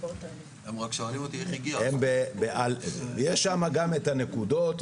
יש שם גם את הנקודות,